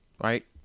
right